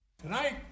Tonight